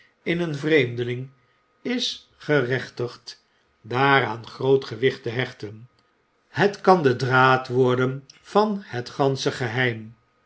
in een vreemdeling is gerechtigd daaraan groot gewicht te hechten het kan de draad worden van het gansche geheim